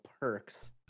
perks